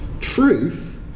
Truth